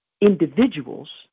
individuals